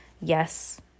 Yes